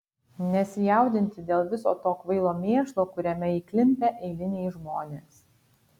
nesijaudinti dėl viso to kvailo mėšlo kuriame įklimpę eiliniai žmonės